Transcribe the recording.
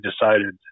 decided